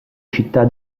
città